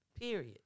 Period